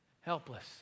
helpless